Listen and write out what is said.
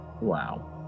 Wow